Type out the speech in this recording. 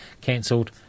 cancelled